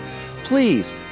Please